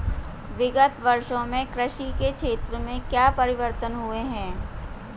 विगत वर्षों में कृषि के क्षेत्र में क्या परिवर्तन हुए हैं?